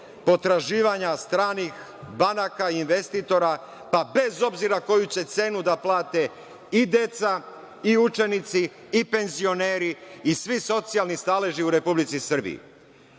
potraživanja stranih banaka, investitora, bez obzira koju će cenu da plate i deca, i učenici, i penzioneri i svi socijalni staleži u Republici Srbiji. Zato